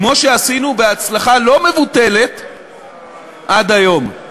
כמו שעשינו בהצלחה לא מבוטלת עד היום.